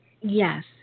Yes